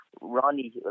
Ronnie